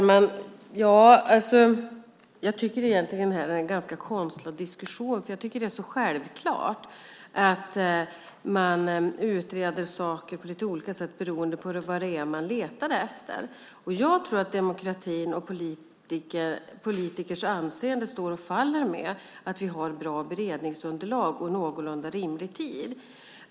Herr talman! Jag tycker att det här en ganska konstlad diskussion, för det är självklart att man utreder saker på lite olika sätt beroende på vad det är man letar efter. Jag tror att demokratin och politikers anseende står och faller med att vi har bra beredningsunderlag och någorlunda rimlig tid.